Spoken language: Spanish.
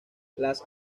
las